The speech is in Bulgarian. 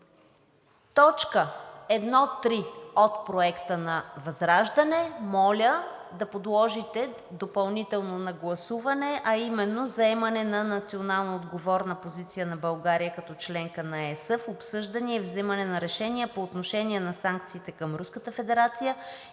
Точка 1.3 от Проекта на ВЪЗРАЖДАНЕ моля да подложите допълнително на гласуване, а именно „заемане на националноотговорна позиция на България като членка на Европейския съюз в обсъждане и взимане на решения по отношение на санкциите към